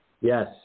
Yes